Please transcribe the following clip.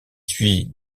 suit